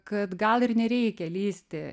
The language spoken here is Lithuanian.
kad gal ir nereikia lįsti į